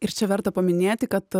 ir čia verta paminėti kad